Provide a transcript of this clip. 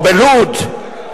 או ללוד,